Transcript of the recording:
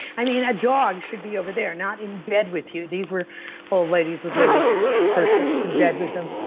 um a ah dog should be over there, not in bed with you. these were old ladies with little purse dogs in bed with them.